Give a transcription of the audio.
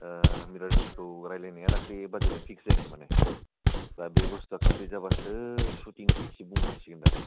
ओह मिर'र रेसखौ रायलायनाया दाखालै बाजेटआ पिक्स जायाखै माने दा बे बस्थुवा कमप्लिट जाबासो सुथिंखौ इसे बुंना होसिगोन दा